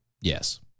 Yes